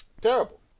Terrible